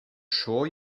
sure